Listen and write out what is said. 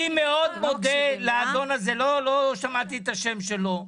אני מאוד מודה לאדון הזה, לא שמעתי את השם שלו.